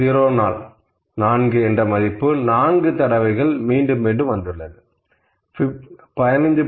04 என்ற மதிப்பு 4 நான்கு தடவைகள் மீண்டும் வந்துள்ளது 15